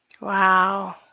Wow